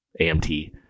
AMT